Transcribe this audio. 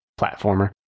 platformer